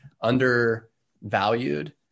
undervalued